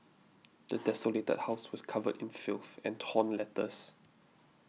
the desolated house was covered in filth and torn letters